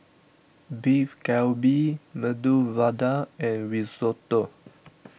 Beef Galbi Medu Vada and Risotto